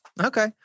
Okay